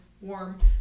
warm